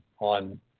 on